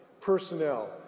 personnel